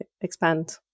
expand